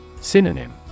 Synonym